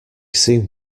seem